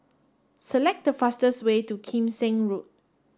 select the fastest way to Kim Seng Road